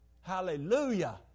Hallelujah